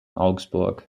augsburg